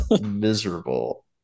miserable